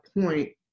point